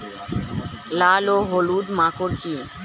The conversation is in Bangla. লাল ও হলুদ মাকর কী?